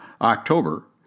October